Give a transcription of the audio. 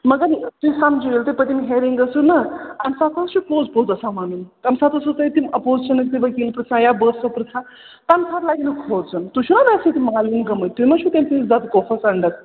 مگر تُہۍ کَم چھِو ییٚلہِ تُہۍ پٔتِم ہِیَرِنٛگ ٲسٕو نا اَمہِ ساتہٕ حظ چھِ پوٚز پوٚز آسان وَنُن تَمہِ ساتہٕ اوسوُ تۄہہِ تِم اپوزِشَنُک سُہ وٕکیٖل پِرٛژھان یا بہٕ اوسو پِرٛژھان تَمہِ ساتہٕ لَگہِ نہٕ کھوژُن تُہۍ چھُو نا مےٚ سۭتۍ مالوی گٔمٕتۍ تُہۍ ما چھُو تیٚمہِ سٕنٛدِس زَدٕ کوفَس اندَر